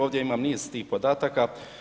Ovdje imam niz tih podataka.